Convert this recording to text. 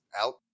out